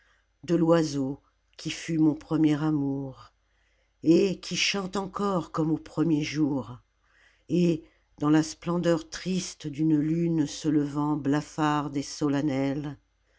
de l'oiseau qui fut mon premier amour et qui chante encor comme au premier jour et dans la splendeur triste d'une lune se levant blafarde et solennelle